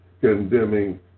condemning